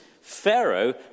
Pharaoh